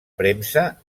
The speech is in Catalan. premsa